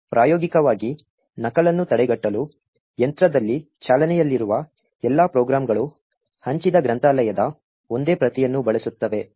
ಪ್ರಾಯೋಗಿಕವಾಗಿ ನಕಲನ್ನು ತಡೆಗಟ್ಟಲು ಯಂತ್ರದಲ್ಲಿ ಚಾಲನೆಯಲ್ಲಿರುವ ಎಲ್ಲಾ ಪ್ರೋಗ್ರಾಂಗಳು ಹಂಚಿದ ಗ್ರಂಥಾಲಯದ ಒಂದೇ ಪ್ರತಿಯನ್ನು ಬಳಸುತ್ತವೆ